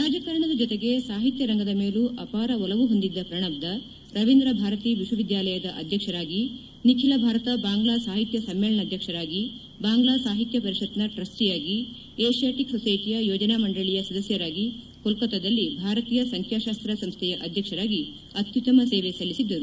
ರಾಜಕಾರಣದ ಜೊತೆಗೆ ಸಾಹಿತ್ಯ ರಂಗದ ಮೇಲೂ ಅಪಾರ ಒಲವು ಹೊಂದಿದ್ದ ಪ್ರಣಬ್ದಾ ರವೀಂದ್ರ ಭಾರತಿ ವಿಶ್ವವಿದ್ಯಾಲಯದ ಅಧ್ಯಕ್ಷರಾಗಿ ನಿಖಿಲ ಭಾರತ ಬಾಂಗ್ಲಾ ಸಾಹಿತ್ಯ ಸಮ್ಮೇಳನಾಧ್ಯಕ್ಷರಾಗಿ ಬಾಂಗ್ಡಾ ಸಾಹಿತ್ಯ ಪರಿಷತ್ನ ಟ್ರಸ್ಸಿಯಾಗಿ ಏಷಿಯಾಟಿಕ್ ಸೊಸ್ತೆಟಿಯ ಯೋಜನಾ ಮಂಡಳಿಯ ಸದಸ್ಯರಾಗಿ ಕೊಲ್ಕತಾದಲ್ಲಿ ಭಾರತೀಯ ಸಂಖ್ಯಾಶಾಸ್ತ್ರ ಸಂಸ್ಥೆಯ ಅಧ್ಯಕ್ಷರಾಗಿ ಅತ್ಯುತ್ತಮ ಸೇವೆ ಸಲ್ಲಿಸಿದ್ದರು